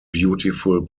beautiful